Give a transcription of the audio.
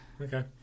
okay